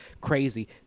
crazy